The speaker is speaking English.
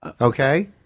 Okay